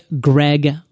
Greg